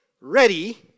ready